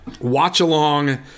watch-along